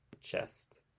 chest